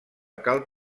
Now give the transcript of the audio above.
cal